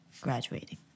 graduating